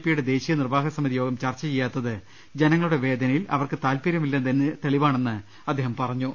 പിയുടെ ദേശീയ നിർവാഹക സമിതി യോഗം ചർച്ച ചെയ്യാത്തത് ജനങ്ങളുടെ വേദനയിൽ അവർക്ക് താല്പര്യമി ല്ലെന്നതിന് തെളിവാണെന്ന് അദ്ദേഹം പറഞ്ഞു